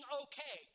okay